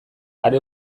are